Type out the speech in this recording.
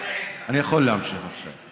אני יכול להמשיך עכשיו?